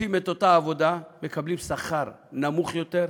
עושים את אותה עבודה, מקבלים שכר נמוך יותר,